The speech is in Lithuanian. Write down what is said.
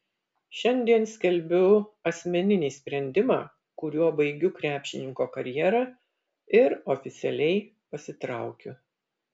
šiandien skelbiu asmeninį sprendimą kuriuo baigiu krepšininko karjerą ir oficialiai pasitraukiu